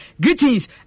Greetings